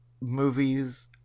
movies